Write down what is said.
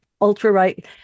ultra-right